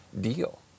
deal